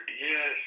yes